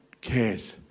cares